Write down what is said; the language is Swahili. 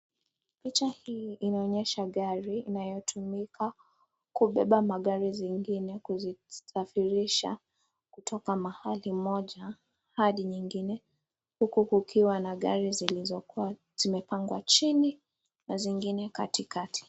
Picha hii inaonesha gari inayotumika kubeba magari zingine kuzisafirisha kutoka mahali moja hadi nyingine ,huku kukiwa na gari zilizokua zimepandwa chini na zingine katikati.